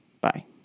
Bye